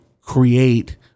create